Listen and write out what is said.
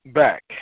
back